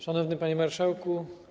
Szanowny Panie Marszałku!